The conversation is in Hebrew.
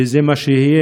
וזה מה שיהיה,